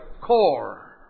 core